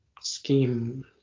scheme